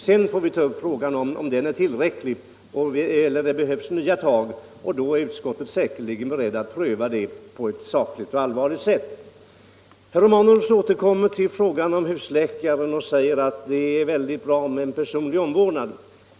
Sedan får vi ta upp frågan om den är tillräcklig eller om det behövs nya tag, och då är utskottet säkerligen berett att pröva det på ett sakligt och allvarligt sätt. Herr Romanus återkommer till frågan om husläkare och säger att det är väldigt bra med en personlig omvårdnad.